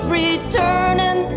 returning